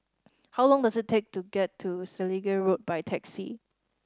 how long does it take to get to Selegie Road by taxi